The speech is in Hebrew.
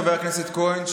חבר הכנסת כהן,